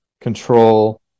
control